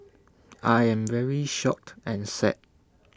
I am very shocked and sad